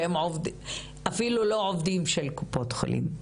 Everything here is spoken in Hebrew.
שהם אפילו לא עובדים של קופות חולים.